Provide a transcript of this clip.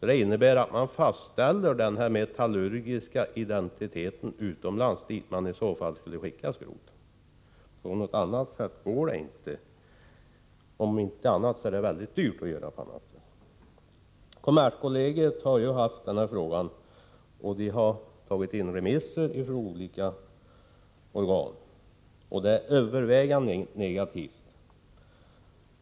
Det innebär att metallurgisk identitet fastställs utomlands, dit skrotet utförts. På något annat sätt går det inte. Det skulle i varje fall bli väldigt dyrt att göra det på annat sätt. Kommerskollegiet har behandlat frågan. Vi har hämtat remissyttranden från olika organ, och de är övervägande negativa.